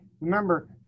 remember